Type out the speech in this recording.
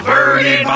Birdie